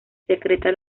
secreta